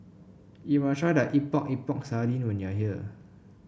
you must try the Epok Epok Sardin when you are here